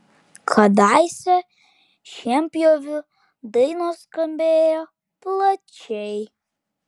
kadaise šienpjovių dainos skambėjo plačiai